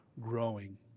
growing